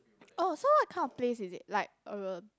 oh so what kind of place is it like uh